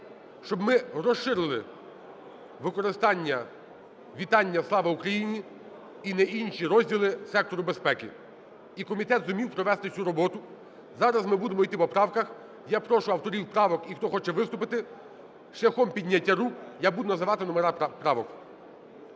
щоб ми розширили використання вітання "Слава Україні!" і на інші розділи сектору безпеки. І комітет зумів провести цю роботу, зараз ми будемо йти по поправках. Я прошу авторів правок і хто хоче виступити, шляхом підняття рук, я буду називати номера правок.